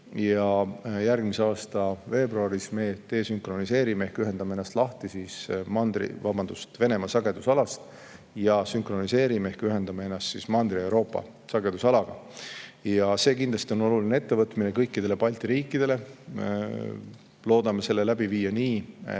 Järgmise aasta veebruaris me desünkroniseerime ehk ühendame ennast lahti Venemaa sagedusalast ja sünkroniseerime ehk ühendame ennast Mandri-Euroopa sagedusalaga. See on kindlasti oluline ettevõtmine kõikidele Balti riikidele. Loodame selle ellu viia nii, et